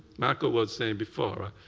marco was saying before,